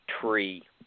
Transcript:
tree